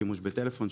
שימוש בטלפון,